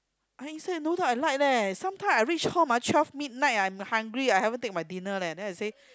instant noodle I like leh sometime I reach home ah twelve midnight I'm hungry I haven't take my dinner leh they I say